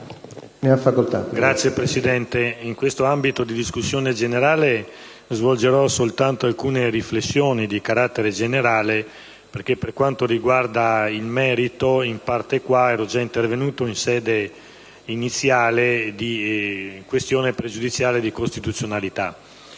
Signor Presidente, in questa fase della discussione generale svolgerò soltanto alcune riflessioni di carattere generale perché, per quanto riguarda il merito, *in parte qua* ero già intervenuto in sede iniziale di esame della questione pregiudiziale di costituzionalità.